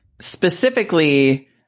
specifically